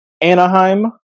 Anaheim